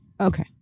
okay